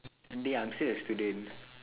dey I'm still a student